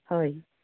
হয়